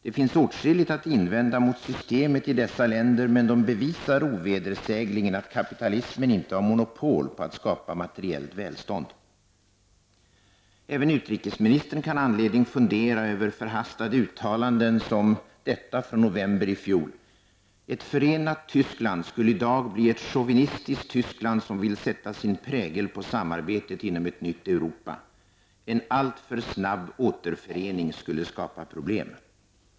Det finns åtskilligt att invända mot systemet i dessa länder men de bevisar ovedersägligen att kapitalismen inte har monopol på att skapa materiellt välstånd.'' Även utrikesministern kan ha anledning fundera över förhastade uttalanden som detta från november i fjol: p1 > ''Ett förenat Tyskland skulle i dag bli ett chauvinistiskt Tyskland, som vill sätta sin prägel på samarbetet inom ett nytt Europa.'' -- ''En alltför snabb återförening skulle skapa problem.''